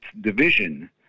division